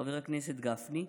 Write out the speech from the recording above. חבר הכנסת גפני,